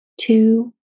two